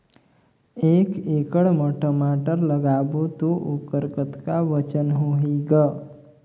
एक एकड़ म टमाटर लगाबो तो ओकर कतका वजन होही ग?